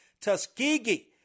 Tuskegee